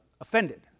Offended